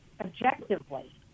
objectively